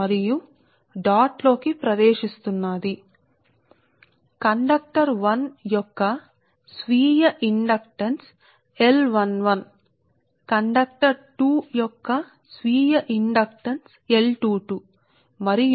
అవి ప్రతి కండక్టర్ యొక్క చుక్క మరియు స్వీయ ఇండక్టెన్స్ 1 లోకి ప్రవేశిస్తున్నాయి మరియు ఈ కండక్టర్ 1 దీని యొక్క స్వీయ ఇండెక్టన్స్ L1 1 కండక్టర్ 2 యొక్క స్వీయ ఇండెక్టన్స్ L22 మరియు పరస్పర ఇండెక్టన్స్ వాటి మధ్య M12 M21 కు సమానం సరే కాబట్టి ఇది సింగిల్ ఫేజ్ 2 వైర్ లైన్ ను రెండు magnetically coupled coils అయస్కాంతపు తీగ చుట్టలు కపుల్డ్ కాయిల్స్ గా చూస్తారు